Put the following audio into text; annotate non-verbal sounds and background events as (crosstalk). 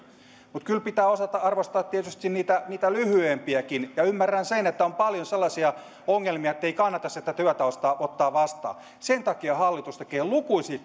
mutta kyllä pitää osata arvostaa tietysti niitä niitä lyhyempiäkin ymmärrän sen että on paljon sellaisia ongelmia ettei kannata sitä työtä ottaa vastaan sen takia hallitus tekee lukuisia (unintelligible)